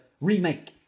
remake